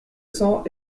cents